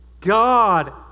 God